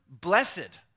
blessed